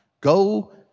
Go